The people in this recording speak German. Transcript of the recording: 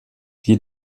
die